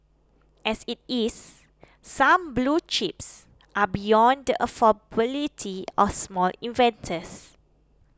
as it is some blue chips are beyond the affordability of small investors